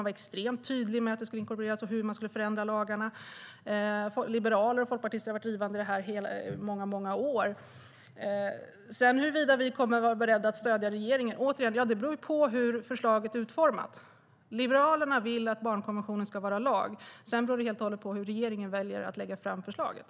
Man var extremt tydlig med att den skulle inkorporeras och hur man skulle förändra lagarna. Liberaler och folkpartister har varit drivande i detta i många år. Huruvida vi kommer att vara beredda att stödja regeringen beror återigen på hur förslaget utformas. Liberalerna vill att barnkonventionen ska vara lag. Sedan beror det helt på hur regeringen väljer att lägga fram förslaget.